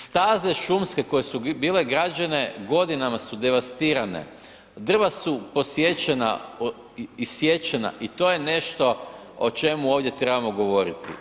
Staze šumske koje su bile građene, godinama su devastirane, drva su posječena i isječena i to je nešto o čemu ovdje trebamo govoriti.